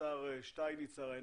שדיברו על הסכום הזה מ-2018 עד